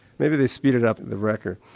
maybe they speeded up the record,